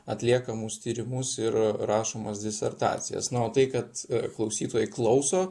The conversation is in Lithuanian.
atliekamus tyrimus ir rašomas disertacijas na o tai kad klausytojai klauso